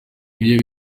ibyo